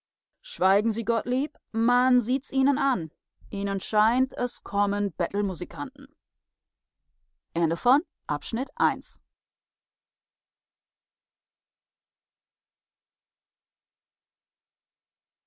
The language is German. schweigen sie gottlieb man sieht's ihnen an ihnen scheint es kommen bettelmusikanten